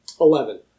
Eleven